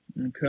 Okay